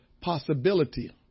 possibility